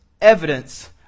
evidence